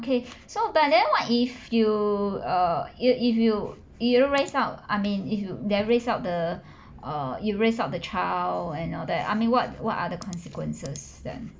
okay so but then what if you err you if you if you don't rise up I mean if you dare raise up the err you raise up the child and all that I mean what what other consequences then